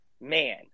man